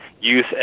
youth